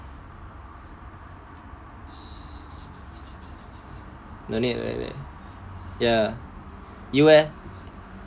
no need wait wait ya you eh